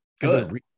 good